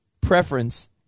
preference